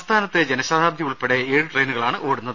സംസ്ഥാനത്ത് ജനശതാബ്ദി ഉൾപ്പെടെ ഏഴു ട്രെയിനുകളാണ് ഓടുന്നത്